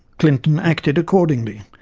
clinton acted accordingly,